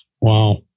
Wow